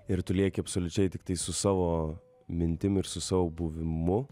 ir tu lieki absoliučiai tiktai su savo mintim ir su savo buvimu